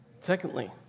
Secondly